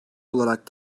olarak